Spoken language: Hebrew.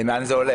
ולאן זה הולך?